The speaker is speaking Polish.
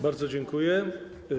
Bardzo dziękuję.